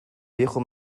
viejo